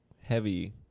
heavy